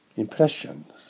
Impressions